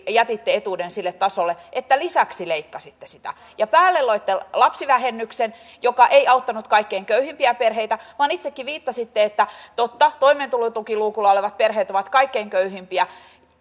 jätitte etuuden sille tasolle että lisäksi leikkasitte sitä ja päälle loitte lapsivähennyksen joka ei auttanut kaikkein köyhimpiä perheitä vaan kuten itsekin viittasitte totta toimeentulotukiluukulla olevat perheet ovat kaikkein köyhimpiä